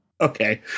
Okay